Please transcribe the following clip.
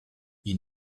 ils